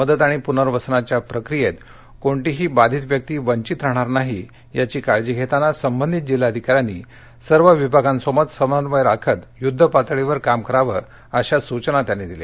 मदत आणि पुनर्वसनाच्या प्रक्रीयतकोणतीही बाधित व्यक्ति वंचित राहणार नाही याची काळजी घस्तिना संबंधित जिल्हाधिकाऱ्यांनी सर्व विभागांशी समन्वय राखत यध्द पातळीवर काम कराव अश्या त्यांनी सूचना दिल्या